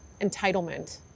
entitlement